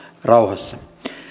rauhassa